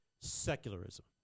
Secularism